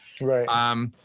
Right